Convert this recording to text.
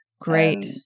Great